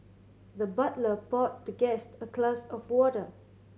the butler poured the guest a glass of water